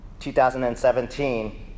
2017